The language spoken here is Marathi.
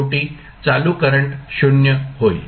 शेवटी चालु करंट 0 होईल